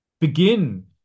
begin